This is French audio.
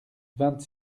vingt